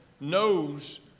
knows